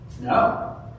No